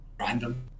random